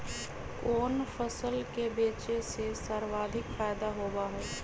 कोन फसल के बेचे से सर्वाधिक फायदा होबा हई?